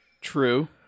True